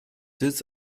sitz